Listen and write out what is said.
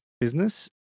business